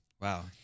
Wow